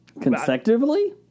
Consecutively